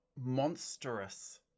monstrous